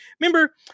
remember